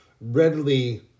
readily